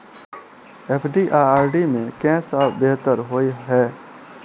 FD आ RD मे केँ सा बेहतर होइ है?